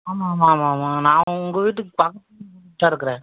ஆமாம் ஆமாம் ஆமாம் ஆமாம் நான் உங்கள் வீட்டுக்கு பக்கத்தில் தான் சார் இருக்கறேன்